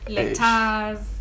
Letters